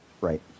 Right